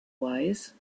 wise